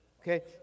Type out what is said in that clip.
Okay